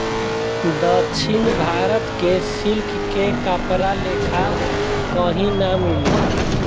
दक्षिण भारत के सिल्क के कपड़ा लेखा कही ना मिले